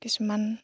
কিছুমান